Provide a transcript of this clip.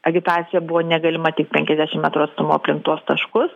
agitacija buvo negalima tik penkiasdešim metrų atstumu aplink tuos taškus